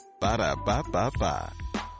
Ba-da-ba-ba-ba